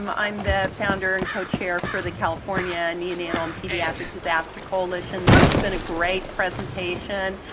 um i'm the founder and co-chair for the california neonatal and pediatric disaster coalition. this has been a great presentation.